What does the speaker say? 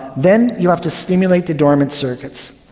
then you have to stimulate the dormant circuits.